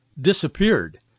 disappeared